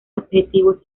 objetivos